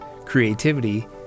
creativity